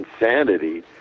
insanity